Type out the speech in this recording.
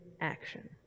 action